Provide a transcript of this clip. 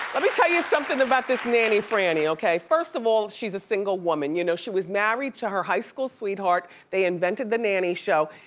let me tell you something about this nanny franny, okay. first of all, all, she's a single woman. you know she was married to her high school sweetheart, they invented the nanny show,